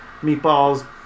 meatballs